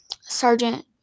Sergeant